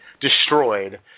destroyed